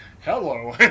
Hello